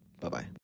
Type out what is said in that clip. Bye-bye